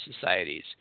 societies